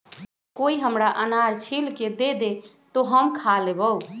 कोई हमरा अनार छील के दे दे, तो हम खा लेबऊ